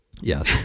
Yes